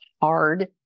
hard